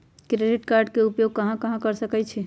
Credit card के उपयोग कहां कहां कर सकईछी?